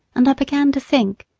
and i began to think,